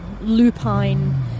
lupine